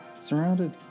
Surrounded